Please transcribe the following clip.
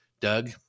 doug